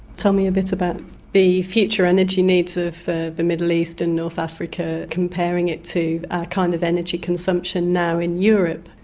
tell me a bit about the future energy needs of the middle east and north africa, comparing it to our kind of energy consumption now in europe.